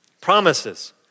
Promises